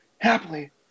happily